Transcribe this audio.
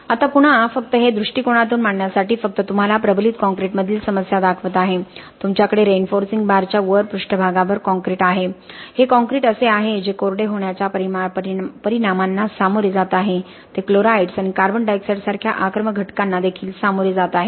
आता पुन्हा फक्त हे दृष्टीकोनातून मांडण्यासाठी फक्त तुम्हाला प्रबलित काँक्रीटमधील समस्या दाखवत आहे तुमच्याकडे रीइन्फोर्सिंग बारच्या वर पृष्ठभागा वर काँक्रीट आहे हे काँक्रीट असे आहे जे कोरडे होण्याच्या परिणामांना सामोरे जात आहे ते क्लोराइड्स आणि कार्बन डाय ऑक्साईड सारख्या आक्रमक घटकांना देखील सामोरे जात आहे